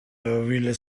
will